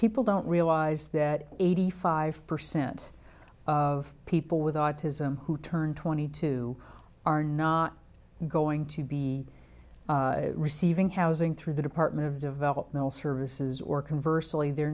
people don't realize that eighty five percent of people with autism who turn twenty two are not going to be receiving housing through the department of developmental services or converse only they're